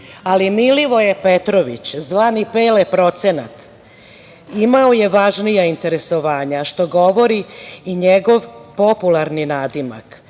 ali Milivoje Petrović, zvani Pele procenat, imao je važnija interesovanja, što govori i njegov popularni nadimak.